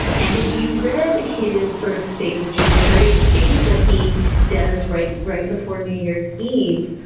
and if you read his sort of state of the judiciary speech that he does right right before new year's eve,